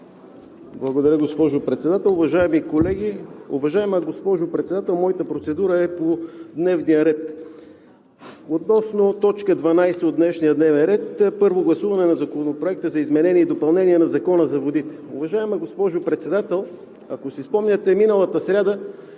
Благодаря, госпожо Председател. Уважаеми колеги! Уважаема госпожо Председател, моята процедура е относно т. 12 от днешния дневен ред – Първо гласуване на Законопроекта за изменение и допълнение на Закона за водите. Уважаема госпожо Председател, ако си спомняте, миналата сряда